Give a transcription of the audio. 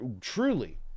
truly